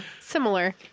similar